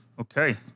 Okay